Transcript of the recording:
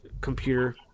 computer